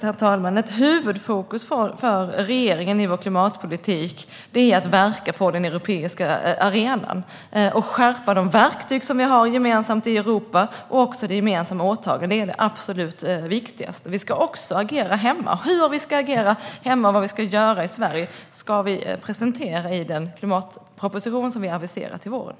Herr talman! Ett huvudfokus för regeringen i vår klimatpolitik är att verka på den europeiska arenan och skärpa de gemensamma verktyg vi har i Europa och också de gemensamma åtagandena. Det är det absolut viktigaste. Vi ska också agera hemma. Hur vi ska agera och vad vi ska göra i Sverige ska vi presentera i den klimatproposition som vi har aviserat till i vår.